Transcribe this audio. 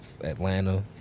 Atlanta